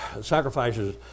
sacrifices